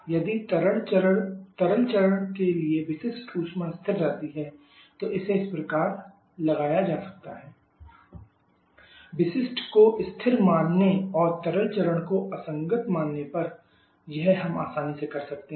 यदि तरल चरण के लिए विशिष्ट ऊष्मा स्थिर रहती है तो इसे इस प्रकार लगाया जा सकता है h3 h1CpliqT3 T1 यह है CpliqTC TE विशिष्ट को स्थिर मानने और तरल चरण को असंगत मानने पर यह हम आसानी से कर सकते हैं